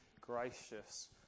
gracious